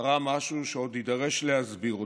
קרה משהו שעוד יידרש להסביר אותו: